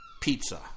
pizza